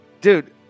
dude